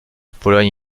pologne